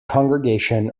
congregation